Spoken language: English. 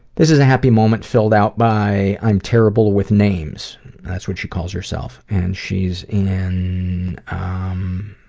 this is a happy moment filled out by i'm terrible with names that's what she calls herself, and she's in um,